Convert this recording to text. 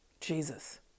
Jesus